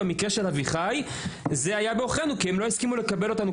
במקרה של אביחי זה היה בעוכרנו כי הם לא הסכימו לקבל אותנו.